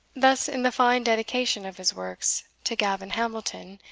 thus in the fine dedication of his works to gavin hamilton,